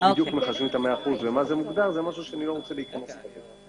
איך בדיוק מחשבים את ה-100% זה משהו שאני לא רוצה להיכנס אליו.